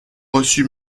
reçu